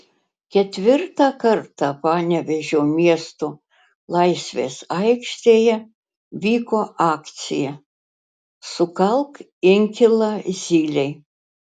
ketvirtą kartą panevėžio miesto laisvės aikštėje vyko akcija sukalk inkilą zylei